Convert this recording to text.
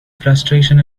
frustration